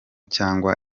cyangwa